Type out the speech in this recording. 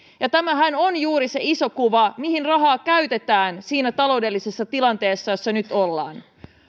tämähän on juuri se iso kuva mihin rahaa käytetään siinä taloudellisessa tilanteessa jossa nyt ollaan